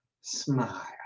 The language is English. smile